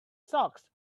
socks